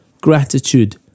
Gratitude